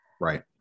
Right